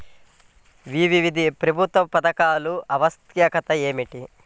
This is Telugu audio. వివిధ ప్రభుత్వా పథకాల ఆవశ్యకత ఏమిటి?